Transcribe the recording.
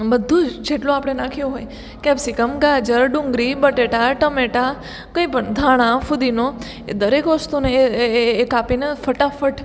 બધું જેટલું આપણે નાખ્યું હોય કેપ્સિકમ ગાજર ડુંગળી બટેટા ટમેટાં કઇં પણ ધાણા ફૂદીનો એ દરેક વસ્તુને એ એ એ કાપીને કાપીને ફટાફટ